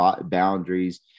boundaries